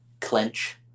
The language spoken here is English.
clench